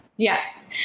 Yes